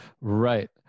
Right